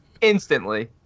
Instantly